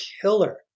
killer